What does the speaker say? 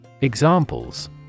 Examples